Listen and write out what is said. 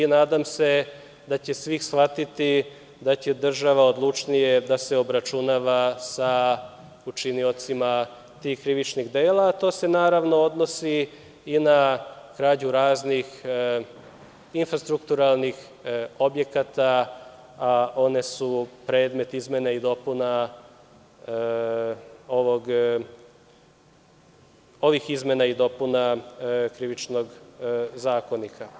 Nadam se da će svi shvatiti da će država odlučnije da se obračunava sa učiniocima tih krivičnih dela, a to se naravno odnosi i na krađu raznih infrastrukturalnih objekata, a oni su predmet izmena i dopuna Krivičnog zakonika.